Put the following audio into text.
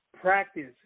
Practice